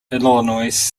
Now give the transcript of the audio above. illinois